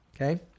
Okay